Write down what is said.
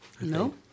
No